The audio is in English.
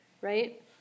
right